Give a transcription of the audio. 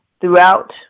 throughout